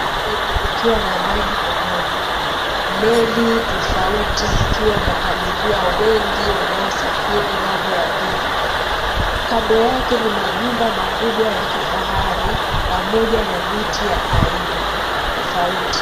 Baharini kukiwa na maji pomoni. Meli tofauti zikiwa na abiria wengi wanaosafiri ng'ambo ya pili. Kando yake ni majumba makubwa ya kifahari pamoja na miti ya aina tofauti.